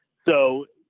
so,